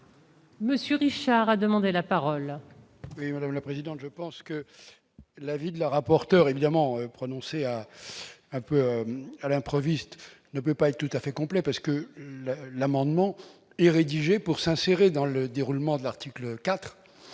Monsieur Richard a demandé la parole.